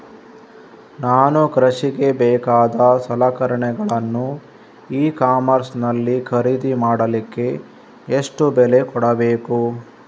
ನಾನು ಕೃಷಿಗೆ ಬೇಕಾದ ಸಲಕರಣೆಗಳನ್ನು ಇ ಕಾಮರ್ಸ್ ನಲ್ಲಿ ಖರೀದಿ ಮಾಡಲಿಕ್ಕೆ ಎಷ್ಟು ಬೆಲೆ ಕೊಡಬೇಕು?